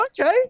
Okay